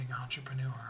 entrepreneur